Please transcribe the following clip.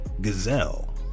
gazelle